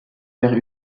faire